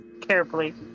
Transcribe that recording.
carefully